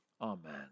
Amen